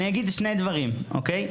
אני אגיד שני דברים אוקיי,